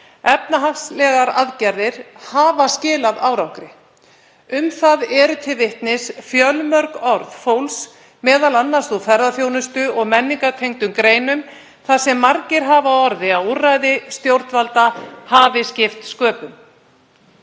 Efnahagslegar aðgerðir hafa skilað árangri. Um það eru til vitnis fjölmörg orð fólks, m.a. úr ferðaþjónustu og menningartengdum greinum, þar sem margir hafa á orði að úrræði stjórnvalda hafi skipt sköpum.